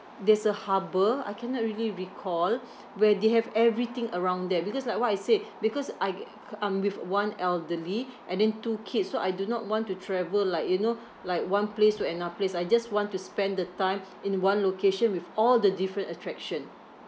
that's a harbour I cannot really recall where they have everything around there because like what I said because I I'm with one elderly and then two kids so I do not want to travel like you know like one place to another place I just want to spend the time in one location with all the different attraction